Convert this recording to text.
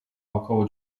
około